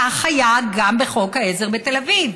כך היה גם בחוק העזר בתל אביב,